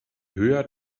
höher